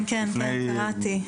כן, קראתי.